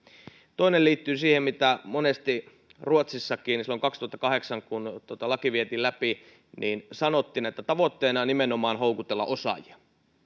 toinen liittyy siihen mitä monesti ruotsissakin silloin kaksituhattakahdeksan kun laki vietiin läpi sanottiin että tavoitteena on nimenomaan houkutella osaajia